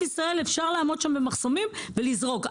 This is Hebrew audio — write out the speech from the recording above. אפשר לעמוד במחסומים של גבולות מדינת ישראל ולזרוק.